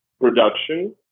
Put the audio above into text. production